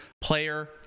Player